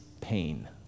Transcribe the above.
pain